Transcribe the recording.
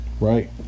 right